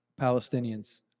Palestinians